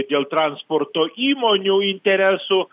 dėl transporto įmonių interesų